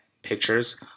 pictures